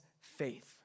faith